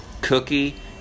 Cookie